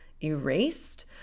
erased